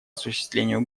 осуществлению